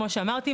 כמו שאמרתי,